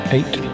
Eight